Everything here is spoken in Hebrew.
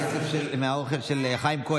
זאת המסיבה שלך?